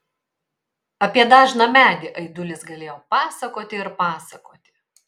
apie dažną medį aidulis galėjo pasakoti ir pasakoti